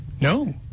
No